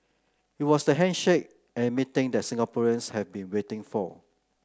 it was the handshake and meeting that Singaporeans have been waiting for